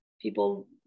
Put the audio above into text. people